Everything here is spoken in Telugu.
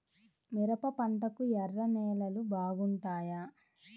మిరప పంటకు ఎర్ర నేలలు బాగుంటాయా?